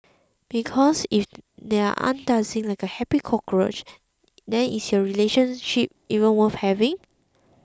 because if they aren't dancing like a happy cockroach then is your relationship even worth having